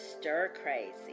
stir-crazy